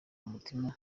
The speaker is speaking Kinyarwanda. mutima